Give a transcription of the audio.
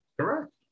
Correct